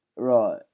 Right